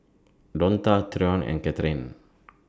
Donta Tyron and Kathryne